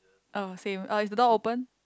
oh same uh is the door open